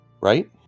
right